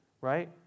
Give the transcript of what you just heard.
right